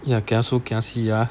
ya kiasu kiasi ah